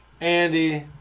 andy